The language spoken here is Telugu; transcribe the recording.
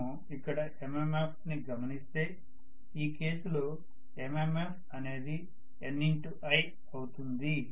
మనము ఇక్కడ MMF ని గమనిస్తే ఈ కేసు లో MMF అనేది Ni అవుతుంది